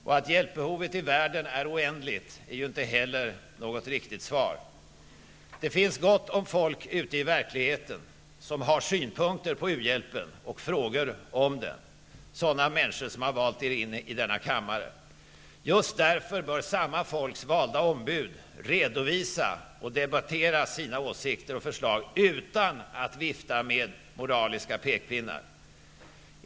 Och att hjälpbehovet i världen är oändligt är inte heller något riktigt svar. Det finns gott om folk ute i verkligheten som har synpunkter på u-hjälpen och frågor om den, sådant folk som har valt er in i denna kammare. Just därför bör samma folks valda ombud redovisa och debattera sina åsikter och förslag utan att vifta med moraliska pekpinnar.